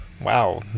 wow